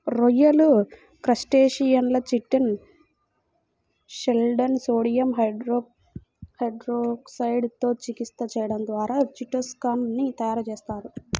రొయ్యలు, క్రస్టేసియన్ల చిటిన్ షెల్లను సోడియం హైడ్రాక్సైడ్ తో చికిత్స చేయడం ద్వారా చిటో సాన్ ని తయారు చేస్తారు